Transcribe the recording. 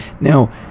Now